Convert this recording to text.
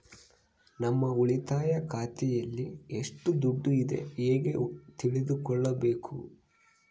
ನಮ್ಮ ಉಳಿತಾಯ ಖಾತೆಯಲ್ಲಿ ಎಷ್ಟು ದುಡ್ಡು ಇದೆ ಹೇಗೆ ತಿಳಿದುಕೊಳ್ಳಬೇಕು?